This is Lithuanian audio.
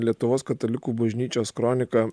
lietuvos katalikų bažnyčios kronika